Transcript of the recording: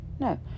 No